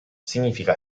significa